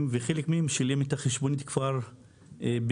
וחלק מהם שילם את החשבונית כבר במלואה.